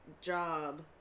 job